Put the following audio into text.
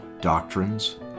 doctrines